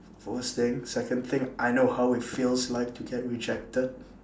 first thing second thing I know how it feels like to get rejected